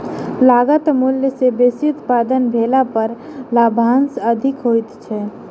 लागत मूल्य सॅ बेसी उत्पादन भेला पर लाभांश अधिक होइत छै